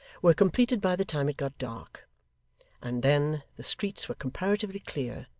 were completed by the time it got dark and then the streets were comparatively clear,